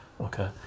okay